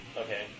Okay